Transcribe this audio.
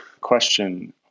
question